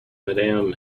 madam